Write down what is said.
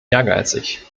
ehrgeizig